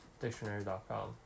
dictionary.com